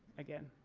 again.